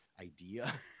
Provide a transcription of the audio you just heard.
idea